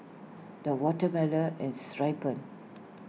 the watermelon has ripened